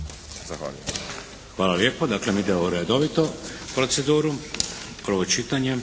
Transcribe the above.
Hvala lijepo. Dakle ide u redovitu proceduru, prvo čitanje.